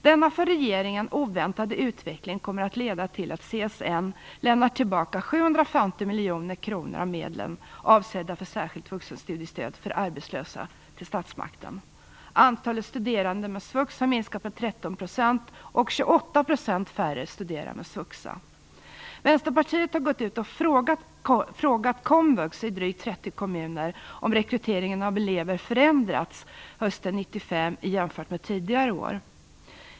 Denna för regeringen oväntade utveckling kommer att leda till att CSN lämnar tillbaka 750 miljoner kronor av medlen avsedda för särskilt vuxenstudiestöd för arbetslösa till statsmakten. Antalet studerande med svux har minskat med 13 %, och 28 % färre studerar med svuxa. Vänsterpartiet har gått ut och frågat komvux i drygt 30 kommuner om rekryteringen av elever förändrats hösten 1995 jämfört med tidigare år.